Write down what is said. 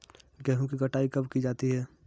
गेहूँ की कटाई कब की जाती है?